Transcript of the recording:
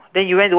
then you went to